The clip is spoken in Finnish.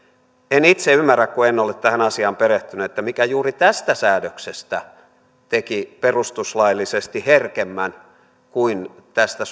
en itse ymmärrä kun en ole tähän asiaan perehtynyt mikä juuri tästä säädöksestä teki perustuslaillisesti herkemmän kuin tästä